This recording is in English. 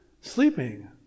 sleeping